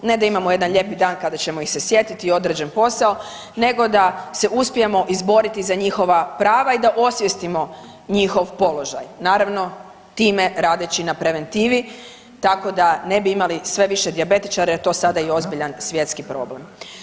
Ne da imamo jedan lijepi dan kada ćemo ih se sjetiti, odrađen posao nego da se uspijemo izboriti za njihova prava i da osvijestimo njihov položaj, naravno, time radeći na preventivi tako da ne bi imali sve više dijabetičara jer je to sada i ozbiljan svjetski problem.